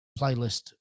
playlist